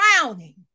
drowning